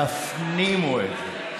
תפנימו את זה.